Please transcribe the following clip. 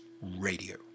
radio